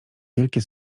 wielkie